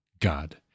God